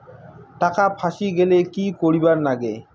টাকা ফাঁসি গেলে কি করিবার লাগে?